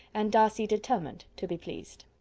and darcy determined, to be pleased.